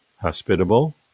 hospitable